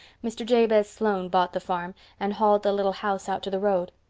mr. jabez sloane bought the farm and hauled the little house out to the road.